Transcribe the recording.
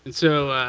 and so